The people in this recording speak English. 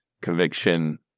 conviction